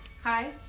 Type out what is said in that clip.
Hi